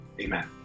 Amen